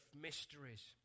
mysteries